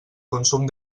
consum